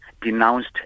denounced